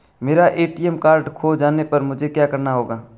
मेरा ATM card खो जाने पर मुझे क्या करना होगा?